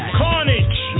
carnage